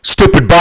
Stupid